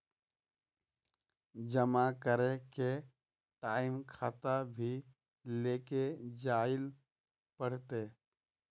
जमा करे के टाइम खाता भी लेके जाइल पड़ते?